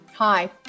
Hi